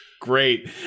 Great